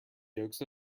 yolks